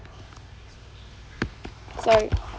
sorry